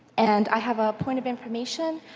and i have a point of information